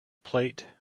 plate